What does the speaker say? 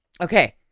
Okay